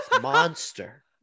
Monster